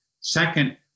Second